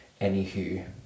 Anywho